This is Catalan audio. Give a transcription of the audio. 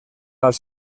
als